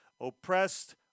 Oppressed